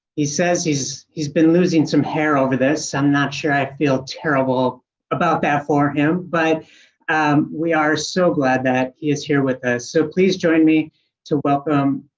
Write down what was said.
he says he's he's been losing some hair over this. i'm not sure i feel terrible about that for him, but we are so glad that he is here with us. ah so please join me to welcome.